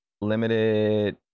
limited